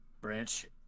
Branch